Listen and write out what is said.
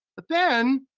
but then,